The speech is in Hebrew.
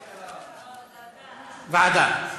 לוועדה.